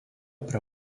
prie